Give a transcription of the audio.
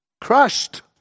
crushed